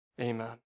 Amen